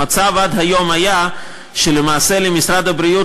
המצב עד היום היה שלמעשה למשרד הבריאות